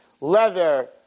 leather